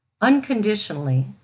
unconditionally